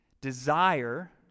desire